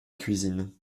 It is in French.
cuisine